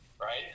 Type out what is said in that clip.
right